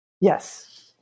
Yes